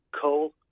coal